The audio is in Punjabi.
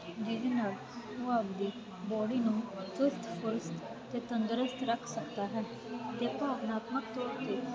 ਜਿਹਦੇ ਨਾਲ ਉਹ ਆਪਦੀ ਬੋਡੀ ਨੂੰ ਚੁਸਤ ਫਰੁਸਤ ਅਤੇ ਤੰਦਰੁਸਤ ਰੱਖ ਸਕਦਾ ਹੈ ਅਤੇ ਭਾਵਨਾਤਮਕ ਤੌਰ 'ਤੇ